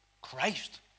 Christ